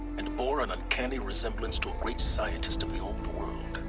and bore an uncanny resemblance to a great scientist of the old world